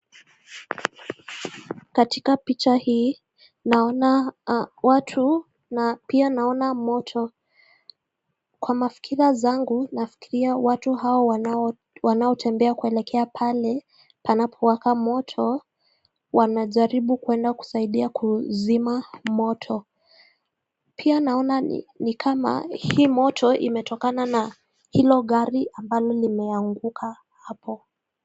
Katika picha hii naona watu na pia naona moto kwa mafikira zangu nafikiria hatu hawa wanaotembea kwelekea pale panapowaka moto wanajaribu kwenda kusaidia kuzima moto. Pia naona ni kama hii moto imetokana na hilo gari ambalo limeanguka hapo.